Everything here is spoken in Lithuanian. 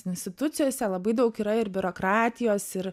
institucijose labai daug yra ir biurokratijos ir